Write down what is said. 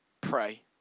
pray